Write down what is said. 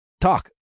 talk